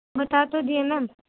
بتا تو دیے میم